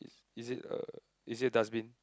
is it a is it a dustbin